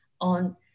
on